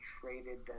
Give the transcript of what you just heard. traded